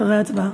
אחרי ההצבעה.